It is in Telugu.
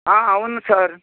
అవును సార్